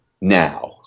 now